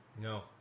No